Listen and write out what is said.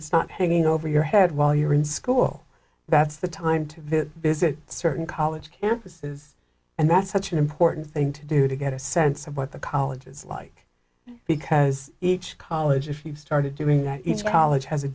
it's not hanging over your head while you're in school that's the time to visit certain college campuses and that's such an important thing to do to get a sense of what the college is like because each college if you started doing that each college has a